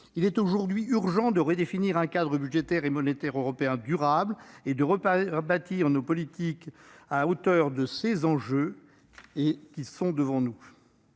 Il est aujourd'hui urgent de redéfinir un cadre budgétaire et monétaire européen durable et de rebâtir nos politiques à la hauteur des enjeux qui sont devant nous.